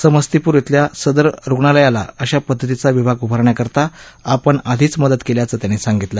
समस्तीपूर शिल्या सदर रुग्णालयाला अशा पद्धतीचा विभाग उभारण्याकरता आपण आधीच मदत केल्याचं त्यांनी सांगितलं